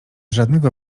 żadnego